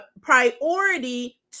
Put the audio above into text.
priority